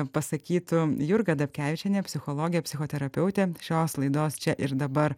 pasakytų jurga dapkevičienė psichologė psichoterapeutė šios laidos čia ir dabar